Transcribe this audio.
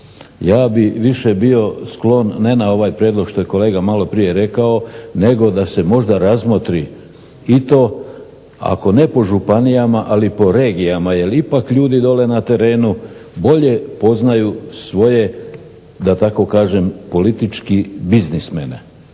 Ja bih više bio sklon ne na ovaj prijedlog što je kolega maloprije rekao, nego da se možda razmotri i to ako ne po županijama, ali po regijama, jer ipak ljudi dole na terenu bolje poznaju svoje da tako kažem politički biznismene.